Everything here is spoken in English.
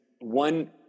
one